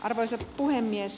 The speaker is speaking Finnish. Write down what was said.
arvoisa puhemies